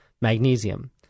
magnesium